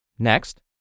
Next